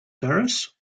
terrace